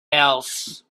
else